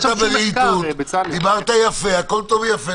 דיברתי ברהיטות, דיברת יפה, הכול טוב ויפה.